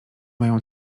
mają